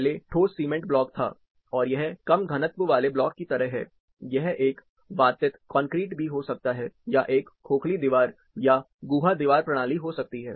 पहले ठोस cement block था और यह कम घनत्व वाले ब्लॉक की तरह है यह एक वातित कंक्रीट भी हो सकता है या एक खोखली दीवारया गुहा दीवार प्रणाली हो सकती है